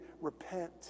repent